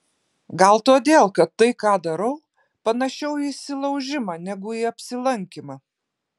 gal todėl kad tai ką darau panašiau į įsilaužimą negu į apsilankymą